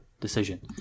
decision